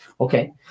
Okay